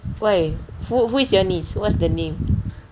why who who is your niece what's the name